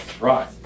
Right